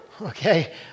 Okay